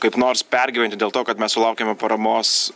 kaip nors pergyventi dėl to kad mes sulaukėme paramos